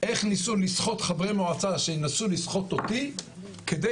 איך ניסו לסחוט חברי מועצה שינסו לסחוט אותי כדי